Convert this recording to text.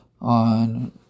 on